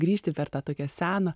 grįžti per tą tokią seną